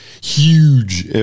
huge